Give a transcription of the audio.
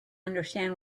understand